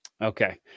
Okay